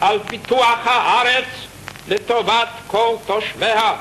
על פיתוח הארץ לטובת כל תושביה,